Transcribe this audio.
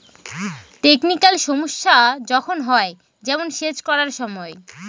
technical সমস্যা যখন হয়, যেমন সেচ করার সময়